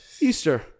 Easter